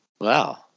Wow